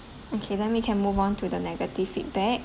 okay then we can move on to the negative feedback